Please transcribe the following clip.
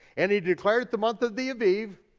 and he declared it the month of the aviv,